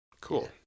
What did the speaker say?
Cool